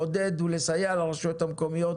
לעודד ולסייע לרשויות המקומיות,